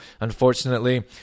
unfortunately